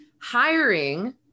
hiring